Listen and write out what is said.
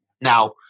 Now